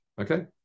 Okay